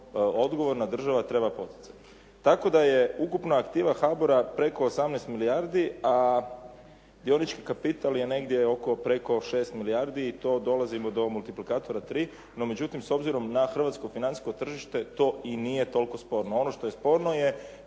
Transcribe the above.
dogovorna država treba poticati. Tako da je ukupna aktiva HBOR-a preko 18 milijardi, a dionički kapital je negdje oko preko 6 milijardi i to dolazimo do multiplikatora 3 no međutim s obzirom na hrvatsko financijsko tržište to i nije toliko sporno. Ono što je sporno je